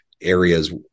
areas